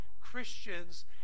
Christians